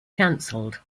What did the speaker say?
cancelled